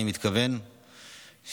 אני מתכוון,